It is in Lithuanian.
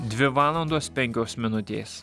dvi valandos penkios minutės